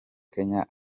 kenya